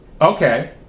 okay